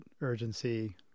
urgency